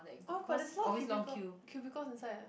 oh but there's a lot cubicle cubicles inside eh